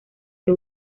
que